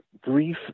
Grief